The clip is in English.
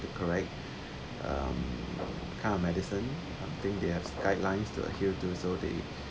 correct um kind of medicine I think they have guideline to adhere to so they